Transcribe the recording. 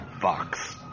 box